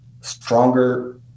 stronger